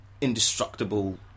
indestructible